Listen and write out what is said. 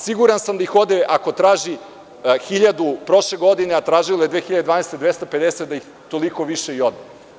Siguran sam da ih ode, ako traži hiljadu prošle godine, a tražilo je 2012. godine 250, da ih toliko više i ode.